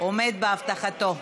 יופי, עיסאווי,